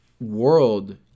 world